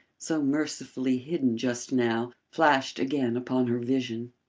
so mercifully hidden just now, flashed again upon her vision.